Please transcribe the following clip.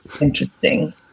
interesting